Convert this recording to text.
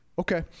Okay